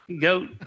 GOAT